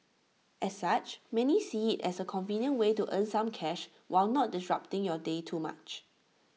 as such many see IT as A convenient way to earn some cash while not disrupting your day too much